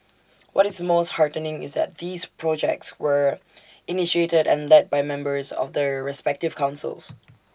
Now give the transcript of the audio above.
what is most heartening is that these projects were initiated and led by members of the respective councils